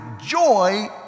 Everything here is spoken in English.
joy